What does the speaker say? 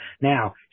Now